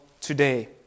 today